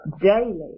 daily